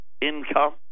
income